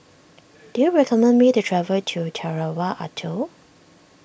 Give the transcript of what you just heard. do you recommend me to travel to Tarawa Atoll